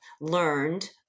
learned